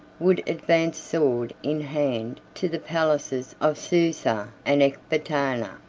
would advance sword in hand to the palaces of susa and ecbatana.